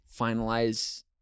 finalize